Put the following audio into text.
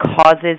causes